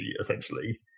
essentially